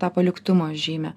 tą paliktumo žymę